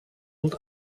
und